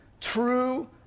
true